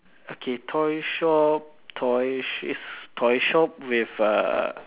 okay toy shop toy toy shop with a